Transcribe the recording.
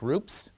Groups